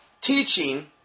teaching